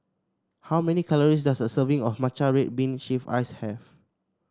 how many calories does a serving of matcha red bean shave ice have